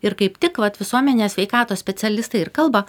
ir kaip tik vat visuomenės sveikatos specialistai ir kalba